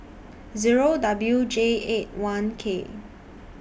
Zero W J eight one K